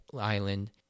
island